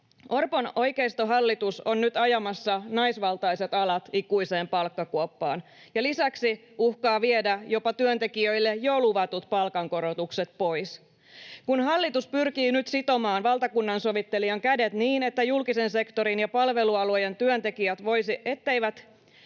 Orpon oikeistohallitus on nyt ajamassa naisvaltaiset alat ikuiseen palkkakuoppaan ja lisäksi uhkaa viedä jopa työntekijöille jo luvatut palkankorotukset pois. Kun hallitus pyrkii nyt sitomaan valtakunnansovittelijan kädet, niin etteivät julkisen sektorin ja palvelualojen työntekijät voisi saada